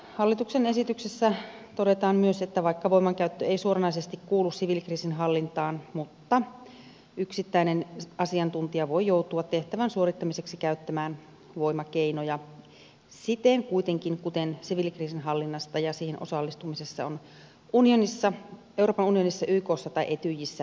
hallituksen esityksessä todetaan myös että vaikka voimankäyttö ei suoranaisesti kuulu siviilikriisinhallintaan yksittäinen asiantuntija voi joutua tehtävän suorittamiseksi käyttämään voimakeinoja kuitenkin siten kuin siviilikriisinhallinnasta ja siihen osallistumisesta on euroopan unionissa ykssa tai etyjissä päätetty